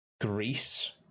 Greece